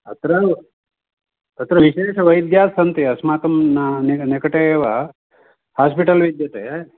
अत्र तत्र विशेषवैद्याः सन्ति अस्माकं निक् निकटे एव हास्पिटल् विद्यते